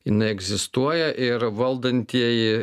jinai egzistuoja ir valdantieji